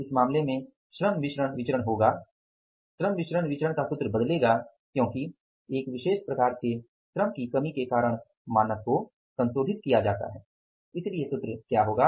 इस मामले में श्रम मिश्रण विचरण होगा श्रम मिश्रण विचरण बदलेगा क्योंकि एक विशेष प्रकार के श्रम की कमी के कारण मानक को संशोधित किया जाता है इसलिए सूत्र क्या होगा